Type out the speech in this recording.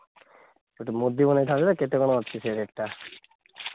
ଗୋଟେ ମୁଦି ବନାଇ ଥାଆନ୍ତି ଯେ କେତେ କ'ଣ ଅଛି ସେ ରେଟ୍ଟା